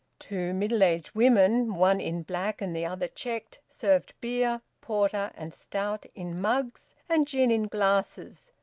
two middle-aged women, one in black and the other checked, served beer, porter, and stout in mugs, and gin in glasses,